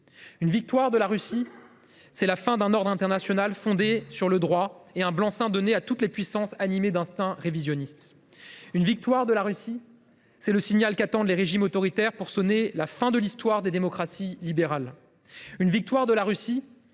Une victoire de la Russie, c’est la fin d’un ordre international fondé sur le droit et un blanc seing donné à toutes les puissances animées d’instincts révisionnistes. Une victoire de la Russie, c’est le signal qu’attendent les régimes autoritaires pour sonner la fin de l’histoire des démocraties libérales.